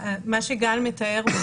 מה שגל מתאר,